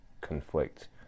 conflict